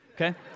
okay